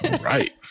right